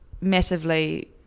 massively